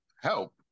help